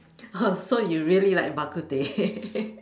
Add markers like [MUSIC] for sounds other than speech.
[LAUGHS] so you really like Bak-Kut-Teh